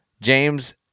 James